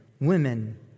women